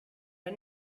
der